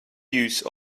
use